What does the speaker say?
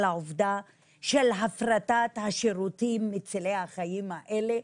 העובדה של הפרטת השירותים מצילי החיים האלה,